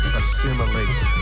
assimilate